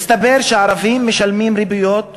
הסתבר שערבים משלמים יותר ריביות ועמלות,